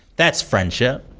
that's friendship.